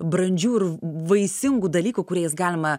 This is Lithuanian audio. brandžių ir vaisingų dalykų kuriais galima